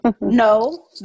no